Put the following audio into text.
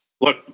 look